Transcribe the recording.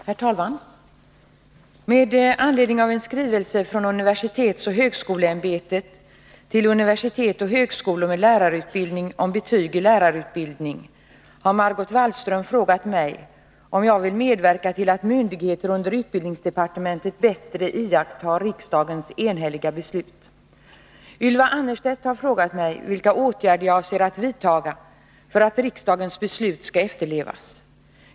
Herr talman! Med anledning av en skrivelse från universitetsoch högskoleämbetet till universitet och högskolor med lärarutbildning om betyg i lärarutbildning har Margot Wallström frågat mig om jag vill medverka till att myndigheter under utbildningsdepartementet bättre iakttar riksdagens enhälliga beslut. Ylva Annerstedt har frågat mig vilka åtgärder jag avser att vidtaga för att riksdagens beslut skall efterlevas.